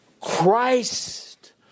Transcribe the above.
Christ